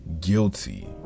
guilty